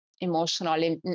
emotional